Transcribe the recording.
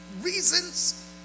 reasons